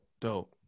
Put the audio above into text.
Dope